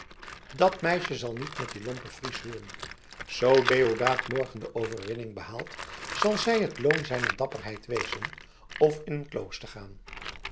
dat meisje zal niet met dien lompen fries huwen zoo deodaat morgen de overwinning behaalt zal zij het loon zijner dapperheid wezen of in een klooster gaan